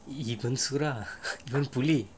you can screw up don't bully